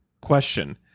Question